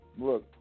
Look